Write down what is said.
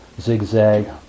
zigzag